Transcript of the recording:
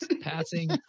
Passing